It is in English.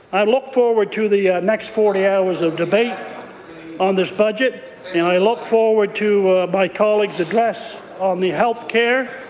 i look forward to the next forty hours of debate on this budget and i look forward to my colleague's address on the health care.